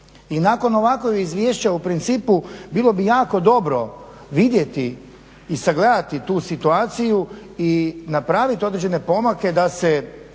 I nakon ovakvog izvješća u principu bilo bi jako dobro vidjeti i sagledati tu situaciju i napravit određene pomake da se